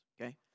Okay